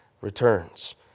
returns